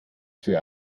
für